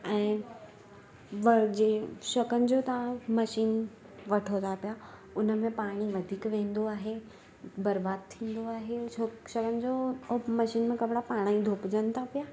ऐं वर जे छा कंजो तव्हां मशीन वठो था पिया उन में पाणी वधीक वेंदो आहे बर्बादु थींदो आहे छो चवनि जो उहो मशीन में कपिड़ा पाण ई धोपिजनि था पिया